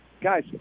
guys